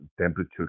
temperature